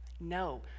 no